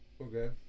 Okay